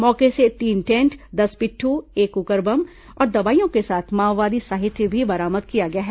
मौके से तीन टेंट दस पिट्ठू एक कुकर बम और दवाइयों के साथ माओवादी साहित्य भी बरामद किया गया है